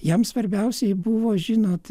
jiem svarbiausiai buvo žinot